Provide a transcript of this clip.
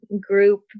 group